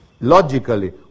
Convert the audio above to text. Logically